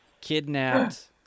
kidnapped